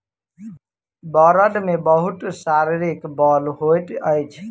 बड़द मे बहुत शारीरिक बल होइत अछि